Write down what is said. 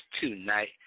tonight